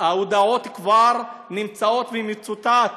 ההודאות כבר נמצאות, והוא מצוטט,